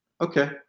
Okay